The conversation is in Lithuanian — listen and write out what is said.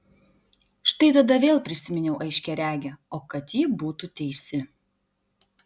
štai tada vėl prisiminiau aiškiaregę o kad ji būtų teisi